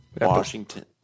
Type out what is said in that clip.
Washington